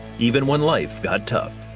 even when life got tough.